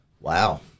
wow